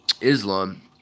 Islam